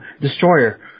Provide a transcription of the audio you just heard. Destroyer